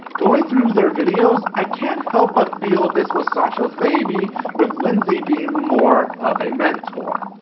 going through their videos i can't help but feel this was sasha's baby with lindsay being more of a mentor.